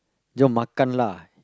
jom makan lah